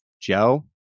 Joe